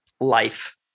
life